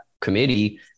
committee